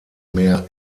mehr